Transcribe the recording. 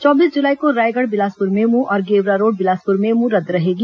चौबीस जुलाई को रायगढ़ बिलासपुर मेमू और गेवरारोड़ बिलासपुर मेमू रद्द रहेगी